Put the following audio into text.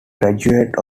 graduate